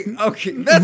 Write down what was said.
okay